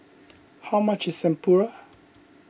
how much is Tempura